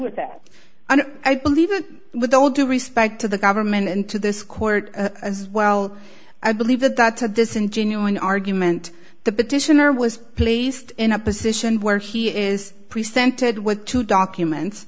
with that and i believe it with all due respect to the government and to this court as well i believe that that did this in genuine argument the petitioner was placed in a position where he is presented with two documents